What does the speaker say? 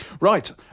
Right